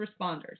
responders